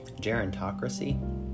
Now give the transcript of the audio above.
Gerontocracy